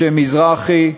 משה מזרחי,